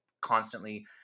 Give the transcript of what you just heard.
constantly